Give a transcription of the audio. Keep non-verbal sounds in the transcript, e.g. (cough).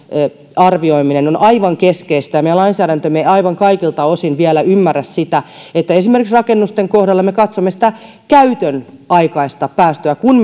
arvioiminen on aivan keskeistä meidän lainsäädäntömme ei aivan kaikilta osin vielä ymmärrä sitä että esimerkiksi rakennusten kohdalla me katsomme sitä käytönaikaista päästöä kun (unintelligible)